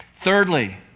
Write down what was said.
Thirdly